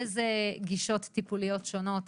איזה גישות טיפוליות שונות,